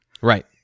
Right